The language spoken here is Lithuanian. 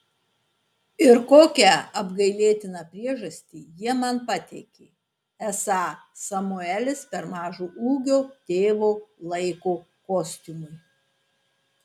ir kokią apgailėtiną priežastį jie man pateikė esą samuelis per mažo ūgio tėvo laiko kostiumui